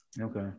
Okay